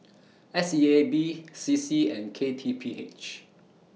S E A B C C and K T P H